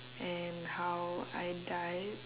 and how I died